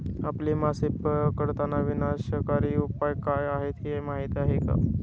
आपल्या मासे पकडताना विनाशकारी उपाय काय आहेत हे माहीत आहे का?